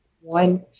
one